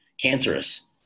cancerous